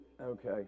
okay